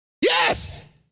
Yes